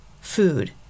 food